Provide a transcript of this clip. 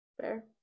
Fair